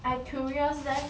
I curious leh